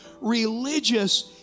religious